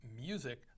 music